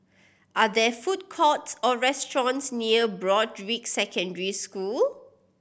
are there food courts or restaurants near Broadrick Secondary School